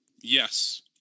Yes